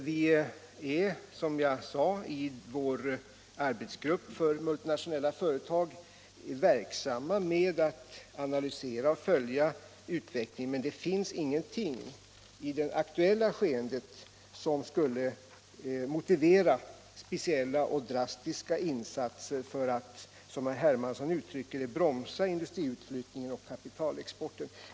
Vi är, som jag sade, i vår arbetsgrupp för multinationella företag verksamma med att analysera och följa utvecklingen. Men det finns ingenting i det aktuella skeendet som skulle motivera speciella och drastiska insatser för att, som herr Hermansson uttrycker det, bromsa industriutflyttningen och kapitalexporten.